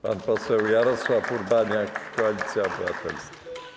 Pan poseł Jarosław Urbaniak, Koalicja Obywatelska.